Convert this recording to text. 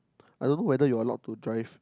I don't know whether you're allowed to drive